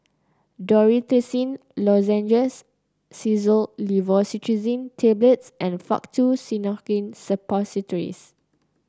Dorithricin Lozenges Xyzal Levocetirizine Tablets and Faktu Cinchocaine Suppositories